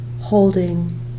holding